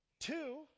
Two